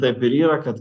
taip ir yra kad